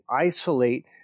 isolate